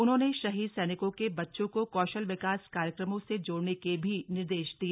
उन्होंने शहीद सैनिकों के बच्चों को कौशल विकास कार्यक्रमों से जोड़ने के भी निर्देश दिए